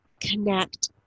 connect